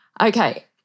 Okay